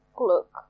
look